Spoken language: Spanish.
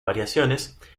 variaciones